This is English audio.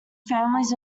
families